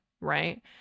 right